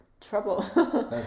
trouble